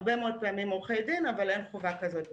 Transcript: הרבה מאוד פעמים עורכי דין אבל אין חובה כזאת בחוק.